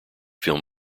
film